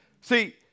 See